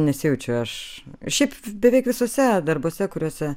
nesijaučiu aš šiaip beveik visuose darbuose kuriuose